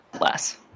less